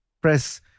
press